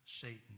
Satan